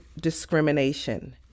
discrimination